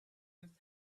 must